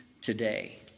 today